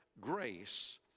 grace